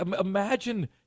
Imagine